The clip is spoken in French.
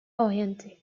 oriente